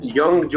young